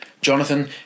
Jonathan